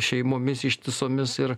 šeimomis ištisomis ir